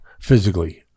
physically